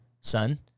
son